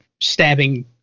stabbing